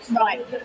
Right